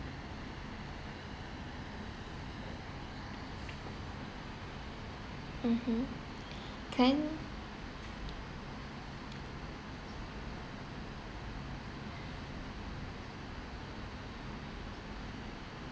mmhmm can